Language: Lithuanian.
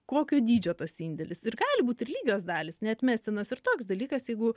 kokio dydžio tas indėlis ir gali būt ir lygios dalys neatmestinas ir toks dalykas jeigu